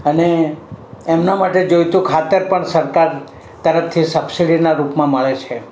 અને એમના માટે જોઈતું ખાતર પણ સરકાર તરફથી સબસીડીનાં રૂપમાં મળે છે